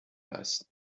leisten